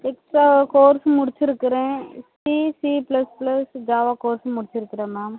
extra course முடிச்சு இருக்கிறேன் C C plus plus Java course முடிச்சு இருக்கிறேன் மேம்